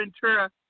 Ventura